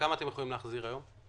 כמה אתם יכולים להחזיר היום?